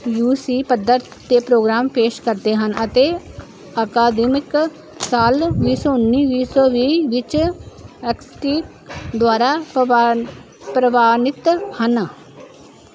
you ਸੀ ਪੱਧਰ ਤੇ ਪ੍ਰੋਗਰਾਮ ਪੇਸ਼ ਕਰਦੇ ਹਨ ਅਤੇ ਅਕਾਦੀਨਕ ਸਾਲ ਵੀਹ ਸੋ ਉਹ ਵੀਹ ਸੋ ਵੀਹ ਵਿੱਚ ਐਕਸਟੀ ਦੁਆਰਾ ਪਰਾ ਪ੍ਰਵਾਨਿਤ ਹਨ